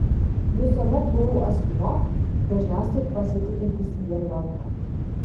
visuomet buvau asmuo dažniausiai pasitikintis vien logika